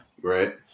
Right